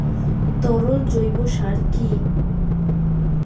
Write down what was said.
তরল জৈব সার কি?